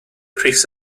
pris